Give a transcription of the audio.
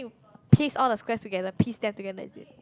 piece all the squares together piece them together is it